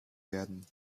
werden